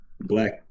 black